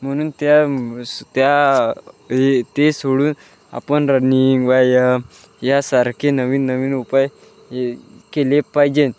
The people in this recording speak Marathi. म्हणून त्या स त्या हे ते सोडून आपण रनिंग व्यायाम यासारखे नवीन नवीन उपाय हे केले पाहिजेन